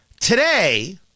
Today